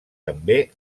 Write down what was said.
també